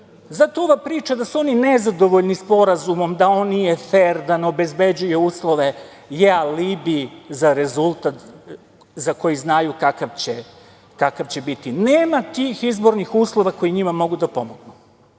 ova priča da su oni nezadovoljni sporazumom, da on nije fer, da ne obezbeđuje uslove je alibi za rezultat za koji znaju kakav će biti. Nema tih izbornih uslova koji njima mogu da pomognu.